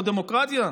זו דמוקרטיה?